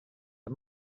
are